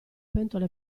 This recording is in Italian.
pentole